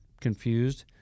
confused